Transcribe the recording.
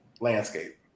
landscape